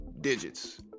digits